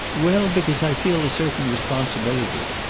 well, because i feel a certain responsibility.